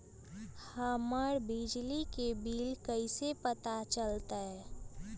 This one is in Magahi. हमर बिजली के बिल कैसे पता चलतै?